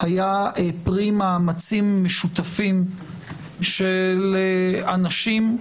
היה פרי מאמצים משותפים של אנשים,